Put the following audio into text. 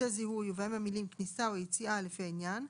שלטי זיהוי ובהם המילים: "כניסה" או "יציאה" לפי העניין,